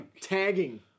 tagging